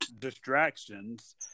distractions